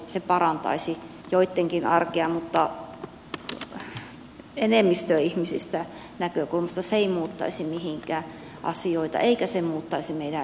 se parantaisi joidenkin arkea mutta enemmistön näkökulmasta se ei muuttaisi asioita mihinkään eikä se muuttaisi meidän yhteiskuntaakaan